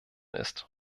ist